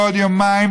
בעוד יומיים,